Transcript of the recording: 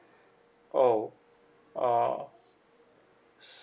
oh uh